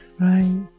Right